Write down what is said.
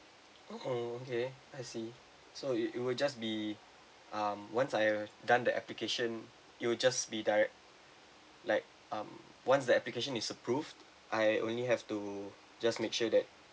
oh okay I see so it it will just be um once I have done the application it'll just be direct like um once the application is approved I only have to just make sure that